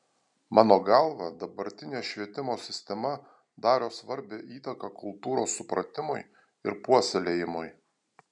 mano galva dabartinė švietimo sistema daro svarbią įtaką kultūros supratimui ir puoselėjimui